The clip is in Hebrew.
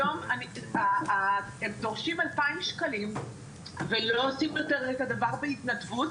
היום הם דורשים 2,000 שקלים ולא עושים יותר את הדבר בהתנדבות,